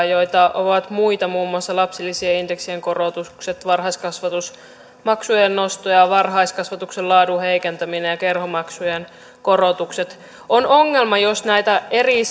joita muita ovat muun muassa lapsilisien indeksien korotukset varhaiskasvatus maksujen nosto ja varhaiskasvatuksen laadun heikentäminen ja kerhomaksujen korotukset on ongelma jos näitä eri